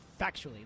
factually